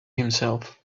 himself